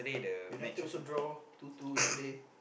United also draw two two yesterday